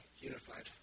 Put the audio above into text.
unified